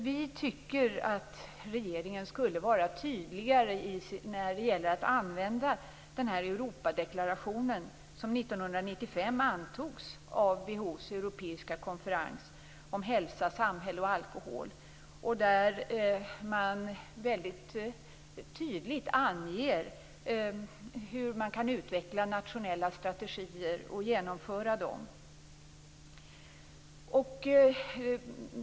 Vi tycker att regeringen borde vara tydligare när det gäller att använda den här Europadeklarationen, som antogs 1995 av WHO:s europeiska konferens om hälsa, samhälle och alkohol. Där anges tydligt hur man kan utveckla nationella strategier och genomföra dem.